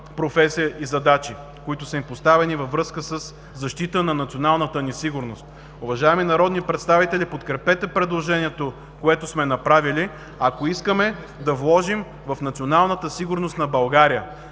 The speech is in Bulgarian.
професия и задачи, които са им поставени във връзка с защита на националната ни сигурност. Уважаеми народни представители, подкрепете предложението, което сме направили, ако искаме да вложим в националната сигурност на България,